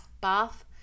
bath